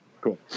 Cool